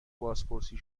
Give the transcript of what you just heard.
بازپرسی